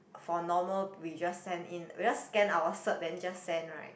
for normal we just send in we just scan our cert then just send [right]